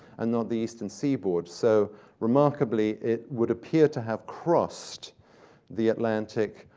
and not the eastern seaboard. so remarkably, it would appear to have crossed the atlantic,